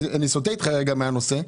אני סוטה אתך רגע מהנושא.